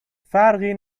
فرقی